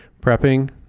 prepping